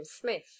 smith